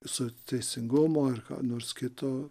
su teisingumo ir nors kitų